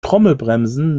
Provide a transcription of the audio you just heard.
trommelbremsen